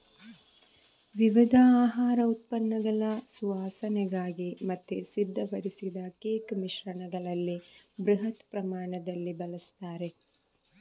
ವಿವಿಧ ಆಹಾರ ಉತ್ಪನ್ನಗಳ ಸುವಾಸನೆಗಾಗಿ ಮತ್ತೆ ಸಿದ್ಧಪಡಿಸಿದ ಕೇಕ್ ಮಿಶ್ರಣಗಳಲ್ಲಿ ಬೃಹತ್ ಪ್ರಮಾಣದಲ್ಲಿ ಬಳಸ್ತಾರೆ